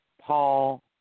Paul